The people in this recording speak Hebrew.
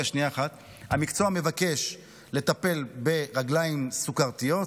המקצוע מבקש לטפל ברגליים סוכרתיות,